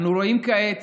אנו רואים כעת